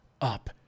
Up